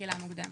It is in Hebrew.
תחילה מוקדמת.